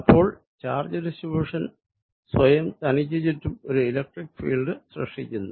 അപ്പോൾ charge distribution സ്വയം തനിക്കു ചുറ്റും ഒരു ഇലക്ട്രിക്ക് ഫീൽഡ് സൃഷ്ടിക്കുന്നു